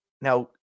now